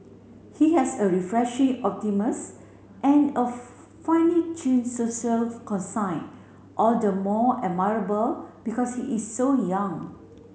he has a refreshing and a finely tuned social all the more admirable because he is so young